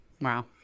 Wow